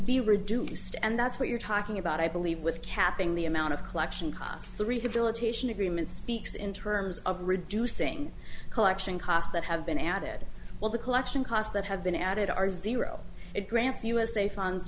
be reduced and that's what you're talking about i believe with capping the amount of collection costs the rehabilitation agreement speaks in terms of reducing collection costs that have been added well the collection costs that have been added are zero it grants us a funds